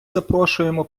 запрошуємо